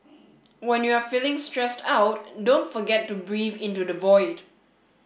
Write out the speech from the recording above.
when you are feeling stressed out don't forget to breathe into the void